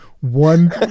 One